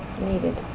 needed